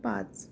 पाच